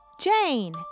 Jane